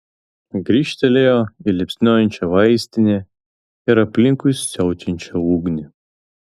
grįžtelėjo į liepsnojančią vaistinę ir aplinkui siaučiančią ugnį